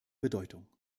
bedeutung